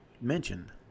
mentioned